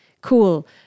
Cool